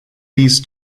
those